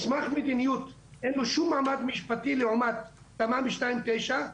מסמך מדיניות אין לו שום מעמד משפטי לעומת תמ"מ 2/ 9,